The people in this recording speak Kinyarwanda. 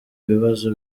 ibibazo